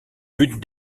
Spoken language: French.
but